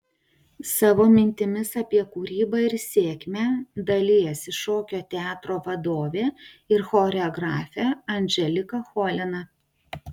savo mintimis apie kūrybą ir sėkmę dalijasi šokio teatro vadovė ir choreografė anželika cholina